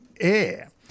Air